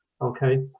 Okay